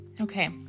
Okay